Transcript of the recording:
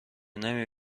نمی